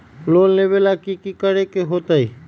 Loan लेबे ला की कि करे के होतई?